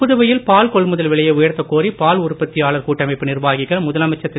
புதுவையில் பால் கொள்ழுதல் விலையை உயர்த்த கோரி பால் உற்பத்தியாளர் கூட்டமைப்பு நிர்வாகிகள் முதலமைச்சர் திரு